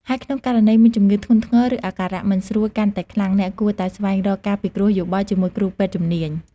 ហើយក្នុងករណីមានជំងឺធ្ងន់ធ្ងរ ឬអាការៈមិនស្រួលកាន់តែខ្លាំង អ្នកគួរតែស្វែងរកការពិគ្រោះយោបល់ជាមួយគ្រូពេទ្យជំនាញ។